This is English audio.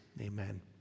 amen